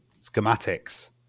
schematics